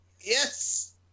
yes